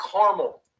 caramel